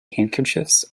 handkerchiefs